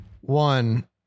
one